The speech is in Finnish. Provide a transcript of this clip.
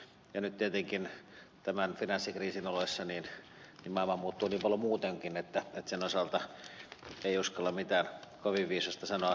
nyt tietenkin tämän finanssikriisin oloissa maailma muuttuu niin paljon muutenkin että sen osalta ei uskalla mitään kovin viisasta sanoa